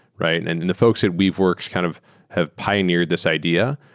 right? and and the folks at weaveworks kind of have pioneered this idea,